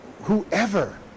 whoever